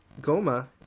Goma